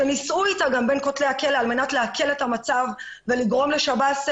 שנישאו לה בין כותלי הכלא על מנת להקל על המצב ולגרום לשירות בתי